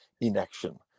inaction